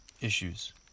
issues